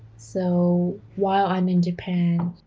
so while i'm in japan,